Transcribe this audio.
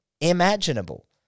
imaginable